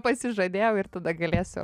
pasižadėjau ir tada galėsiu